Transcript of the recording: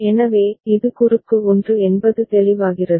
எனவே இது குறுக்கு 1 என்பது தெளிவாகிறது